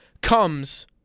comes